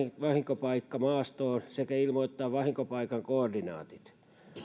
vahinkopaikka maastoon sekä ilmoittaa vahinkopaikan koordinaatit